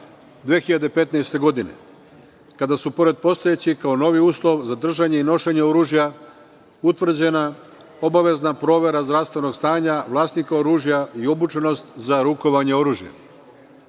2015. godine, kada su pored postojećeg kao novi uslov za držanje i nošenje oružja utvrđena obavezna provera zdravstvenog stanja vlasnika oružja i obučenost za rukovanje oružjem. Na